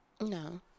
No